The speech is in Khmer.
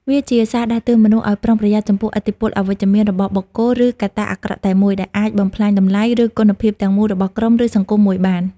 វាជាសារដាស់តឿនមនុស្សឲ្យប្រុងប្រយ័ត្នចំពោះ ឥទ្ធិពលអវិជ្ជមាន របស់បុគ្គល ឬកត្តាអាក្រក់តែមួយ ដែលអាចបំផ្លាញតម្លៃ ឬគុណភាពទាំងមូលរបស់ក្រុម ឬសង្គមមួយបាន។